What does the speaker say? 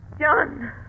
John